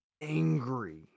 angry